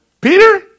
Peter